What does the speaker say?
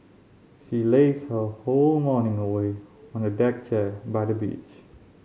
she lazed her whole morning away on a deck chair by the beach